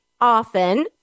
often